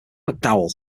mcdowell